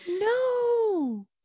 No